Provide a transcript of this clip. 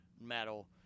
metal